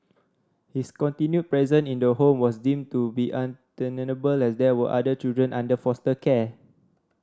his continued present in the home was deemed to be untenable as there were other children under foster care